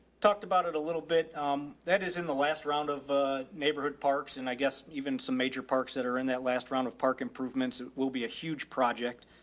talked about it a little bit. um, that is in the last round of a neighborhood parks and i guess even some major parks that are in that last round of park improvements will be a huge project.